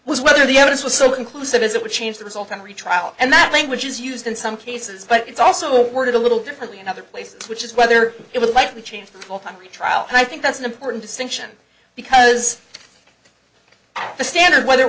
was whether the evidence was so conclusive as it would change the result in a retrial and that language is used in some cases but it's also worded a little differently in other places which is whether it would likely change the time trial and i think that's an important distinction because the standard weather